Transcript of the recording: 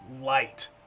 light